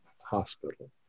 Hospital